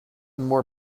more